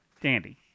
Dandy